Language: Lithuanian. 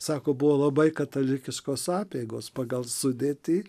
sako buvo labai katalikiškos apeigos pagal sudėtį